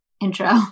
intro